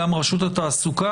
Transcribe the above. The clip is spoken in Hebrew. גם רשות התעסוקה,